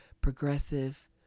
progressive